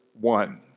One